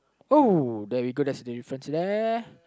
oh there we go that's a difference there